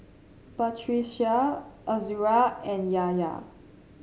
Batrisya Azura and Yahya